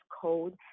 code